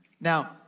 Now